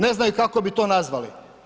Ne znaju kako bi to nazvali.